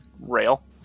rail